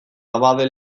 abade